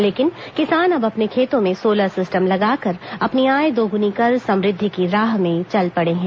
लेकिन किसान अब अपने खेतों में सोलर सिस्टम लगाकर अपनी आय दोगुनी कर समृध्दि की राह मे चल पड़े हैं